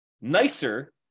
nicer